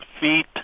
feet